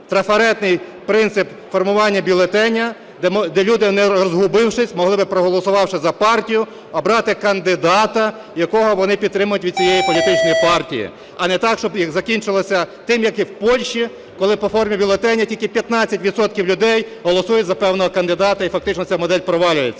трафаретний принцип формування бюлетеня, де люди, не розгубившись, могли би, проголосувавши за партію, обрати кандидата, якого вони підтримують від цієї політичної партії. А не так, щоби закінчилося тим, як в Польщі, коли по формі бюлетеня тільки 15 відсотків людей голосують за певного кандидата, і фактично ця модель провалюється.